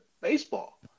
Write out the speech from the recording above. baseball